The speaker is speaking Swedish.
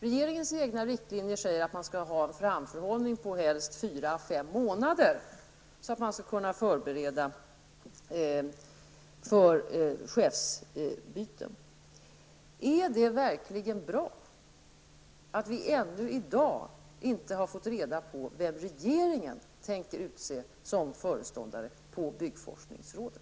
Regeringens egna riktlinjer säger att man skall ha en framförhållning på helst fyra eller fem månader för att kunna förbereda sig för chefsbyten. Är det verkligen bra att vi ännu i dag inte har fått reda på vem regeringen tänker utse som föreståndare på byggforskningsrådet?